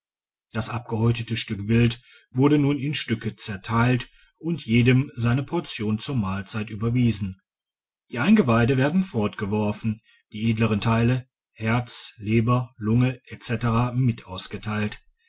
das abgehäutete stück wild wurde nun in stücke zerteilt und jedem seine portion zur mahlzeit überwiesen die eingeweide werden fortgeworfen die edleren teile herz leber lunge etc mit ausgeteilt